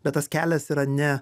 bet tas kelias yra ne